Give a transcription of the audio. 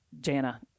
Jana